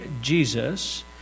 Jesus